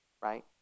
right